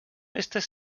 restes